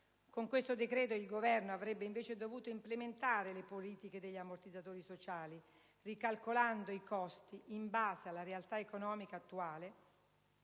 Con questo decreto, il Governo avrebbe invece dovuto implementare le politiche degli ammortizzatori sociali, ricalcolando i costi in base alla realtà economica attuale,